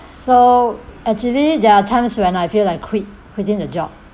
so actually there are times when I feel like quit within a job